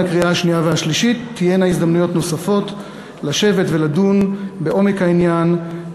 הקריאה השנייה והשלישית תהיינה הזדמנויות נוספות לשבת ולדון בעומק העניין,